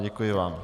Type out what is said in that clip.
Děkuji vám.